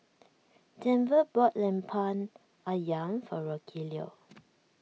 Denver bought Lemper Ayam for Rogelio